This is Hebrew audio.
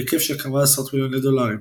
בהיקף של כמה עשרות מיליוני דולרים.